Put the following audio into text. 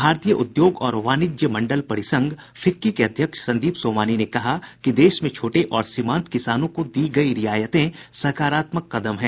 भारतीय उद्योग और वाणिज्य मंडल परिसंघ फिक्की के अध्यक्ष संदीप सोमनी ने कहा है कि देश में छोटे और सीमान्त किसानों को दी गई रियायतें सकारात्मक कदम है